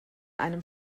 einem